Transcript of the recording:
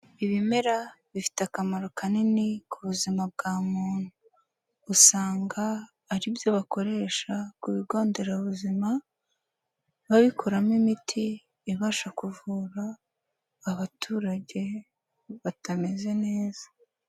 Ibimera bifite akamaro kanini ku buzima bwa muntu usanga aribyo bakoresha ku bigo nderabuzima babikuramo imiti ibasha kuvura abaturage batameze neza.